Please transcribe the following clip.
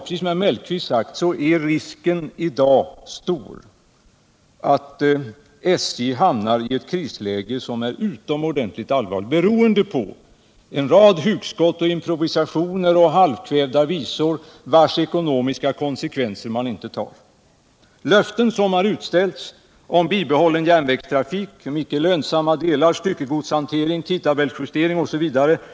Precis som herr Mellqvist sade är risken stor att SJ hamnar i ett krisläge som är utomordentligt allvarligt — beroende på en rad hugskott, improvisationer och halvkvädna visor, vars ekonomiska konsekvenser man inte tar. Löften har utställts om bibehållen järnvägstrafik på icke lönsamma delar, styckegodshantering, tidtabellsjustering osv.